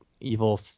Evil